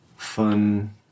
Fun